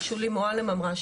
שולי מועלם אמרה,